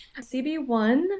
CB1